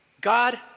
God